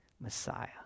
Messiah